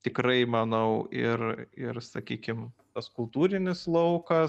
tikrai manau ir ir sakykim tas kultūrinis laukas